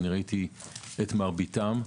אני ראיתי את מרביתם.